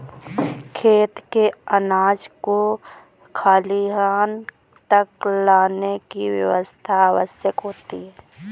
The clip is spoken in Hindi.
खेत से अनाज को खलिहान तक लाने की व्यवस्था आवश्यक होती है